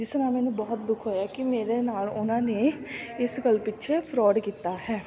ਜਿਸ ਨਾਲ ਮੈਨੂੰ ਬਹੁਤ ਦੁੱਖ ਹੋਇਆ ਕਿ ਮੇਰੇ ਨਾਲ ਉਹਨਾਂ ਨੇ ਇਸ ਗੱਲ ਪਿੱਛੇ ਫਰੋਡ ਕੀਤਾ ਹੈ